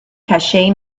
cache